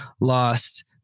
lost